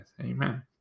Amen